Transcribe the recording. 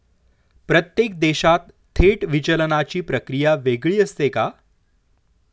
प्रत्येक देशात थेट विचलनाची प्रक्रिया वेगळी असते का?